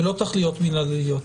ולא תכליות מינהליות.